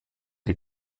die